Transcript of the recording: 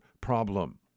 problem